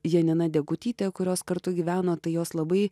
janina degutytė kurios kartu gyveno tai jos labai